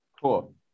Cool